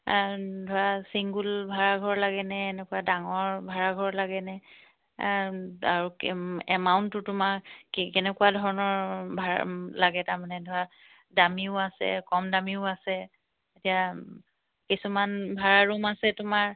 ধৰা ছিংগুল ভাড়া ঘৰ লাগেনে এনেকুৱা ডাঙৰ ভাড়া ঘৰ লাগেনে আৰু এমাউণ্টটো তোমাৰ কেনেকুৱা ধৰণৰ ভাড়া লাগে তাৰমানে ধৰা দামীও আছে কম দামীও আছে এতিয়া কিছুমান ভাড়া ৰুম আছে তোমাৰ